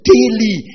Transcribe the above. Daily